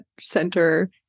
center